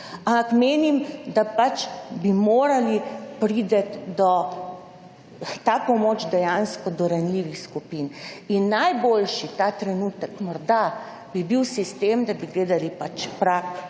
menim, da bi morala priti ta pomoč dejansko do ranljivih skupin. In najboljši ta trenutek morda bi bil sistem, da bi gledali prag